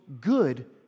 good